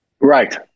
Right